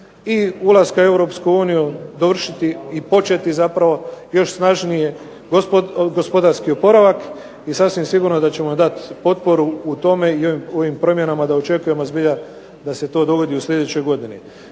i ulaska u EU, početi još snažnije gospodarski oporavak. I sasvim sigurno da ćemo joj dati potporu u tome i ovim promjenama da očekujemo zbilja da se to dogodi u sljedećoj godini.